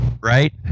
Right